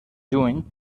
lluny